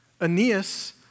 Aeneas